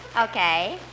Okay